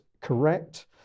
correct